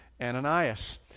Ananias